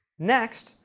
next,